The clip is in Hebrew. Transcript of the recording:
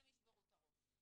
הם ישברו את הראש.